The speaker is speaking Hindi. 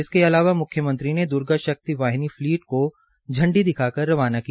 इसके अलावा मुख्यमंत्री ने द्र्गा शक्ति वाहिनी फ्लीट को झंडी दिखा कर रवाना किया